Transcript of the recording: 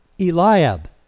Eliab